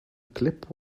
clip